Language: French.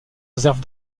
réserve